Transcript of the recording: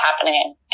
happening